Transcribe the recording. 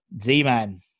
Z-Man